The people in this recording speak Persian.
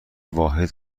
واحد